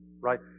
right